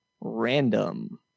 random